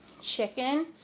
chicken